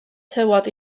tywod